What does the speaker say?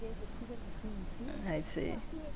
mm I see